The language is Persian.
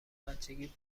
بچگی